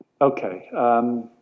Okay